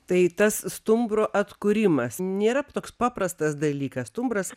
tai tas stumbro atkūrimas nėra toks paprastas dalykas stumbras